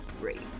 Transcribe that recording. great